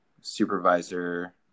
supervisor